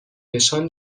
نشان